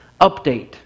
Update